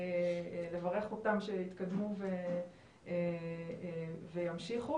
לברך אותם שיתקדמו וימשיכו.